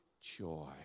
joy